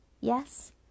yes